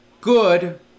good